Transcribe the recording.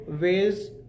ways